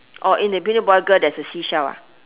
oh in the middle boy girl there's a seashell ah